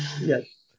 Yes